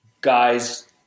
guys